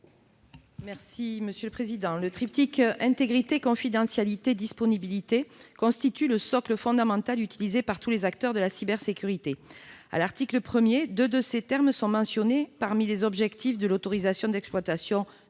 Mme Maryse Carrère. Le triptyque « intégrité-confidentialité-disponibilité » constitue le socle fondamental utilisé par tous les acteurs de la cybersécurité. À l'article 1, deux de ces termes sont mentionnés parmi les objectifs de l'autorisation d'exploitation de réseaux